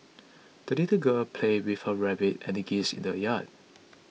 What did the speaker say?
the little girl played with her rabbit and geese in the yard